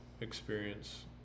experience